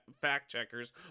fact-checkers